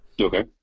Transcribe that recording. Okay